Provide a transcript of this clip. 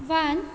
one